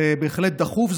זה בהחלט דחוף.